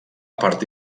part